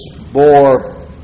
bore